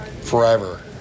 forever